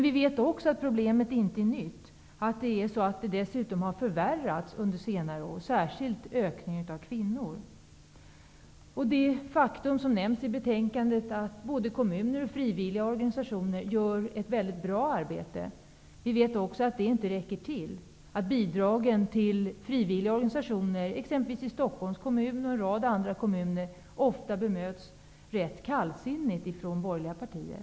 Vi vet också att problemet inte är nytt och att det dessutom förvärrats under senare år, särskilt vad gäller kvinnor. Det nämns i betänkandet att både kommuner och frivilliga organisationer gör ett väldigt bra arbete. Vi vet att det inte räcker till, att ansökan om bidrag från frivilligorganisationer i t.ex. Stockholms kommun och en rad andra kommuner ofta bemöts rätt kallsinnigt från borgerliga partier.